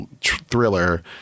thriller